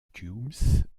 cubes